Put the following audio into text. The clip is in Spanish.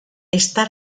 está